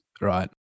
right